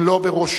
אם לא בראשה,